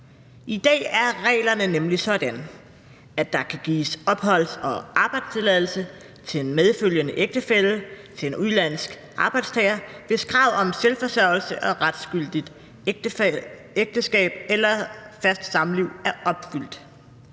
I dag er reglerne sådan, at der kan gives opholds- og arbejdstilladelse til en medfølgende ægtefælle til en udenlandsk arbejdstager, hvis kravet om selvforsørgelse og retsgyldigt ægteskab eller fast samliv er opfyldt.